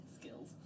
Skills